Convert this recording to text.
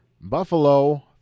Buffalo